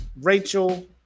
rachel